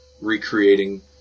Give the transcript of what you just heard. recreating